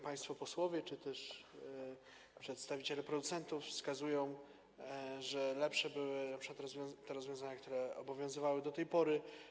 Państwo posłowie czy też przedstawiciele producentów wskazują, że lepsze były np. rozwiązania, które obowiązywały do tej pory.